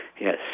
Yes